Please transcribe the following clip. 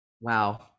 wow